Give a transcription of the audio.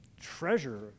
treasure